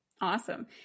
Awesome